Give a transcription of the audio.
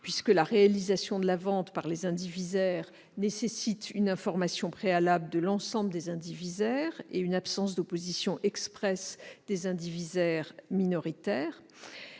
puisque la réalisation de la vente par les indivisaires nécessite une information préalable de l'ensemble des indivisaires et une absence d'opposition expresse des indivisaires minoritaires.